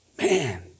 Man